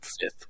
Fifth